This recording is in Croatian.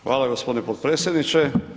Hvala gospodine potpredsjedniče.